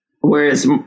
Whereas